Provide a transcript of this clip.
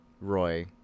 Roy